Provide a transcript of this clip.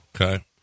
Okay